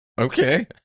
okay